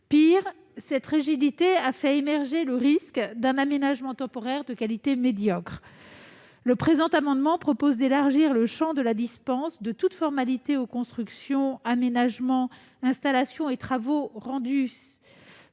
Pire, cette rigidité risque de conduire à des aménagements temporaires de qualité médiocre. Le présent amendement vise à élargir le champ de la dispense de toute formalité aux constructions, aménagements, installations et travaux réalisés